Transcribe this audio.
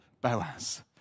Boaz